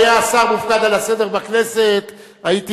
אם היה השר מופקד על הסדר בכנסת הייתי